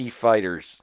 fighters